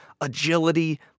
agility